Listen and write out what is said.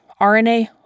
RNA